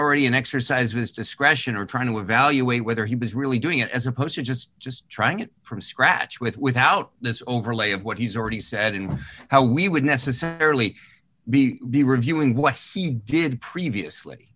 already an exercise of his discretion or trying to evaluate whether he was really doing it as opposed to just just trying it from scratch with without this overlay of what he's already said and how we would necessarily be be reviewing what he did previously